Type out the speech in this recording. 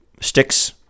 Sticks